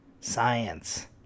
science